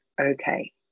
okay